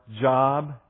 job